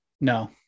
No